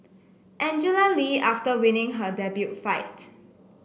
Angela Lee after winning her debut fight